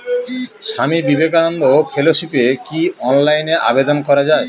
স্বামী বিবেকানন্দ ফেলোশিপে কি অনলাইনে আবেদন করা য়ায়?